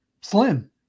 slim